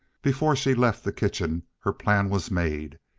before she left the kitchen, her plan was made,